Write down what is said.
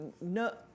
no